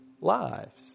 lives